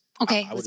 Okay